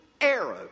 arrow